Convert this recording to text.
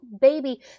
baby